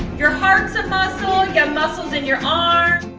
your hearts a muscles yeah muscles in your arm.